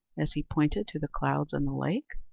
as he pointed to the clouds in the lake.